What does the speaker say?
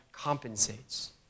compensates